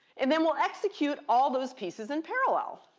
and then we'll execute all those pieces in parallel.